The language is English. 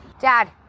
Dad